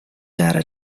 data